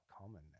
common